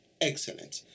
Excellent